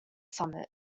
summit